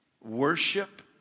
worship